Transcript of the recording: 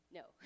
no